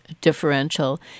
differential